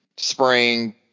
spring